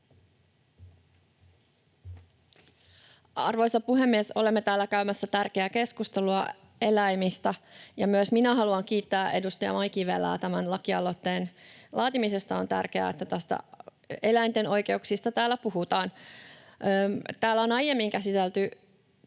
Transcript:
Arvoisa puhemies! Olemme täällä käymässä tärkeää keskustelua eläimistä, ja myös minä haluan kiittää edustaja Mai Kivelää tämän lakialoitteen laatimisesta. On tärkeää, että täällä puhutaan eläinten oikeuksista. Täällä on aiemmin käsitelty,